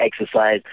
exercise